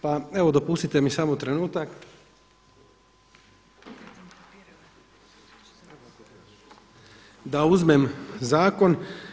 Pa evo dopustite mi samo trenutak da uzmem zakon.